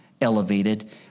elevated